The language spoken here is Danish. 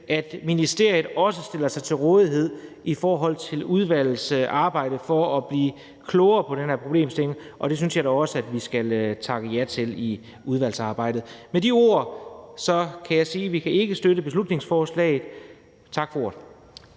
at ministeriet stiller sig til rådighed for udvalgets arbejde i forhold til at blive klogere på den her problemstilling, og det synes jeg da også at vi skal takke ja til i udvalget. Med de ord kan jeg sige, at vi ikke kan støtte beslutningsforslaget. Tak for ordet.